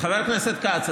חבר הכנסת כץ,